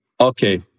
okay